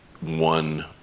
one